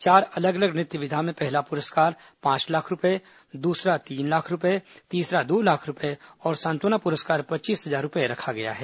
चार अलग अलग नृत्य विधा में पहला पुरस्कार पांच लाख रूपये द्सरा तीन लाख रूपये तीसरा दो लाख रूपये और सांत्वना पुरस्कार पच्चीस हजार रूपये रखा गया है